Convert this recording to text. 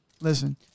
listen